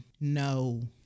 no